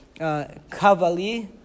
Kavali